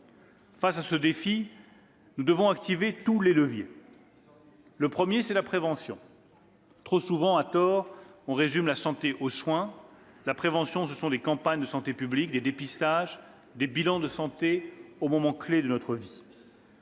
Face à ce défi, nous devons activer tous les leviers. Le premier, c'est la prévention. Trop souvent, à tort, on résume la santé aux soins. La prévention, ce sont des campagnes de santé publique, des dépistages et des bilans de santé aux moments clés de notre vie.